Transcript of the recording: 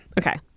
okay